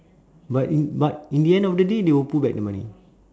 but in but in the end of the day they will put back the money